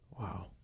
Wow